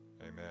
Amen